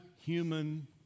human